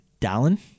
Dallin